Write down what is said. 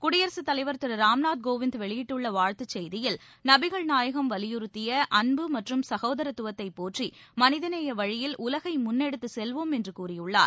குடியரசுத்தலைவர் திரு ராம்நாத் கோவிந்த் வெளியிட்டுள்ள வாழ்த்து செய்தியில் நபிகள் நாயகம் வலியுறுத்திய அன்பு மற்றும் சகோதரத்துவத்தை போற்றி மனிதநேய வழியில் உலகை முன்னெடுத்து செல்வோம் என்று கூறியுள்ளார்